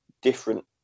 different